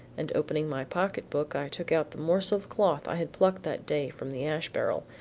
and opening my pocketbook, i took out the morsel of cloth i had plucked that day from the ash barrel,